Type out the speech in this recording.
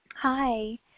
Hi